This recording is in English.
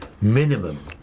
minimum